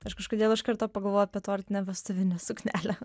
aš kažkodėl iš karto pagalvojau apie tortinę vestuvinę suknelę